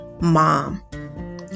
mom